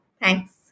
thanks